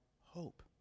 hope